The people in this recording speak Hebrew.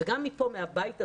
וגם מפה, מהבית הזה,